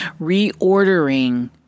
reordering